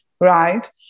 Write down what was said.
Right